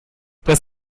dass